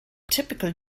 typical